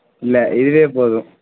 இல்லை இதுவே போதும்